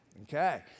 Okay